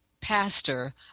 pastor